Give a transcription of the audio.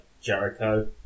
Jericho